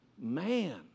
Man